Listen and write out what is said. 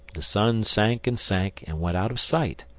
the sun sank and sank and went out of sight,